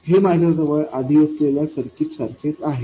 हे माझ्याजवळ आधी असलेल्या सर्किट सारखेच आहे